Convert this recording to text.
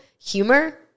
Humor